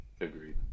Agreed